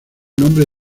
nombre